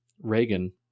Reagan